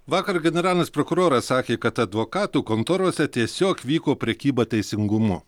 vakar generalinis prokuroras sakė kad advokatų kontorose tiesiog vyko prekyba teisingumu